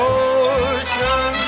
ocean